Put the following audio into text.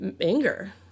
Anger